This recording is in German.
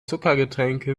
zuckergetränke